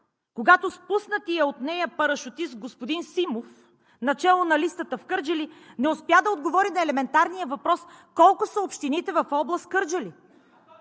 когато спуснатият от нея парашутист господин Симов начело на листата в Кърджали не успя да отговори на елементарния въпрос: колко са общините в област Кърджали?!